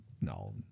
no